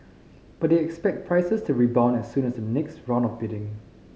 but they expect prices rebound as soon as the next round of bidding